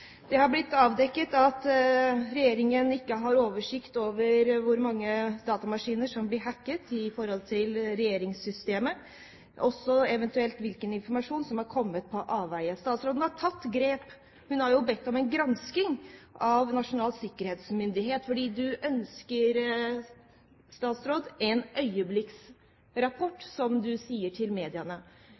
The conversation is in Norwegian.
Det har blitt avdekket at regjeringen ikke har oversikt over hvor mange datamaskiner i regjeringssystemet som blir hacket, eller hvilken informasjon som har kommet på avveie. Statsråden har tatt grep. Man har bedt om en gransking av Nasjonal sikkerhetsmyndighet fordi du ønsker en øyeblikksrapport, som du sier til